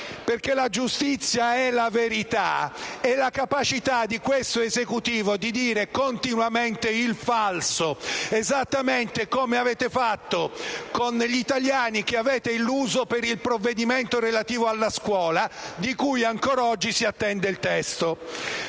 perché la giustizia è la verità - è la capacità di questo Esecutivo di dire continuamente il falso, esattamente come avete fatto con gli italiani, che avete illuso con il provvedimento relativo alla scuola, di cui ancora oggi si attende il testo.